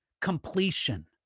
completion